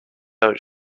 out